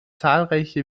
zahlreiche